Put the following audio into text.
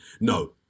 no